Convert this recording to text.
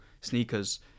sneakers